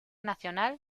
nacional